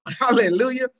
Hallelujah